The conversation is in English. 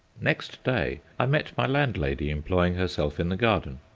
next day i met my landlady employing herself in the garden,